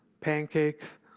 pancakes